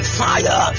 fire